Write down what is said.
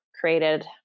created